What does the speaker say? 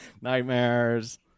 nightmares